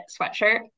sweatshirt